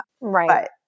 Right